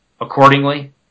accordingly